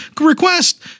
request